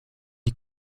die